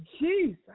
Jesus